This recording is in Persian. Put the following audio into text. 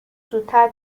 زودتر